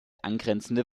angrenzende